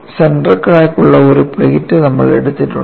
centre crack ഉള്ള ഒരു plate നമ്മൾ എടുത്തിട്ടുണ്ട്